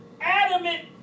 adamant